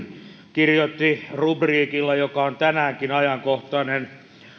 kirjoitti rubriikilla joka on tänäänkin ajankohtainen